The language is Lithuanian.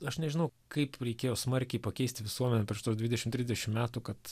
aš nežinau kaip reikėjo smarkiai pakeisti visuomenę prieš tuos dvidešim trisdešim metų kad